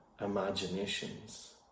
imaginations